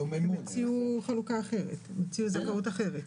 הם הציעו חלוקה אחרת, הם הציעו זכאות אחרת.